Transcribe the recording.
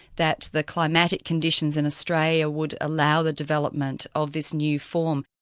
that the climatic conditions in australia would allow the development of this new form.